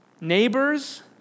neighbors